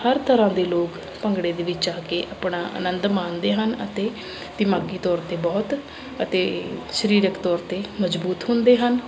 ਹਰ ਤਰ੍ਹਾਂ ਦੇ ਲੋਕ ਭੰਗੜੇ ਦੇ ਵਿੱਚ ਆ ਕੇ ਆਪਣਾ ਆਨੰਦ ਮਾਣਦੇ ਹਨ ਅਤੇ ਦਿਮਾਗੀ ਤੌਰ 'ਤੇ ਬਹੁਤ ਅਤੇ ਸਰੀਰਕ ਤੌਰ 'ਤੇ ਮਜ਼ਬੂਤ ਹੁੰਦੇ ਹਨ